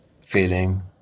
feeling